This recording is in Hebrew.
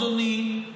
אדוני,